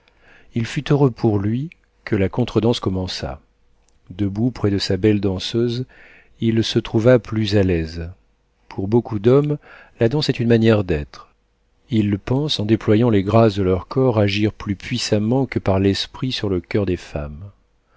il fut heureux pour lui que la contredanse commençât debout près de sa belle danseuse il se trouva plus à l'aise pour beaucoup d'hommes la danse est une manière d'être ils pensent en déployant les grâces de leur corps agir plus puissamment que par l'esprit sur le coeur des femmes